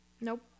nope